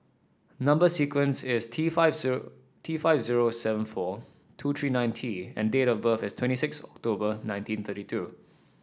number sequence is T five zero T five zero seven four two three nine T and date of birth is twenty six October nineteen thirty two